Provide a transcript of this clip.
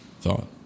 thought